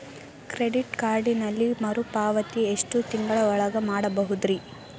Credit ಕಾರ್ಡಿನಲ್ಲಿ ಮರುಪಾವತಿ ಎಷ್ಟು ತಿಂಗಳ ಒಳಗ ಮಾಡಬಹುದ್ರಿ?